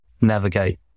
navigate